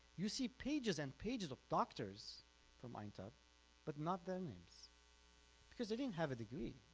you see pages and pages of doctors reminder but not their name so because they didn't have a degree